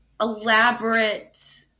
elaborate